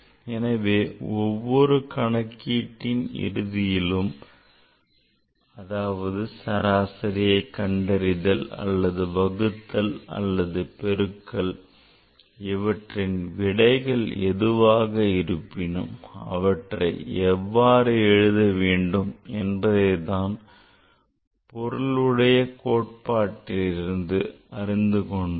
எனவே ஒவ்வொரு கணக்கீட்டில் இறுதியிலும் அதாவது சராசரி கண்டறிதல் அல்லது வகுத்தல் அல்லது பெருக்கல் இவற்றின் விடை எதுவாக இருப்பினும் அவற்றை எவ்வாறு எழுத வேண்டும் என்பதைதான் பொருளுடைய கோட்பாட்டிலிருந்து அறிந்து கொண்டோம்